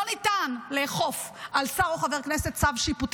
לא ניתן לאכוף על שר או חבר כנסת צו שיפוטי.